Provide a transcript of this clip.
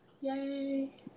Yay